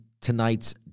tonight's